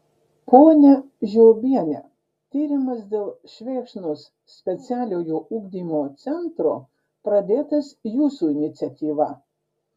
ponia žiobiene tyrimas dėl švėkšnos specialiojo ugdymo centro pradėtas jūsų iniciatyva